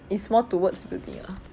it's more towards building lah